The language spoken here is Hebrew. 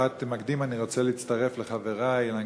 במשפט מקדים אני רוצה להצטרף לחברי אילן